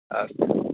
अस्तु